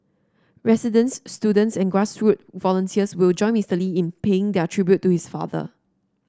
residents students and grass root volunteers will join Mister Lee in paying their tribute to his father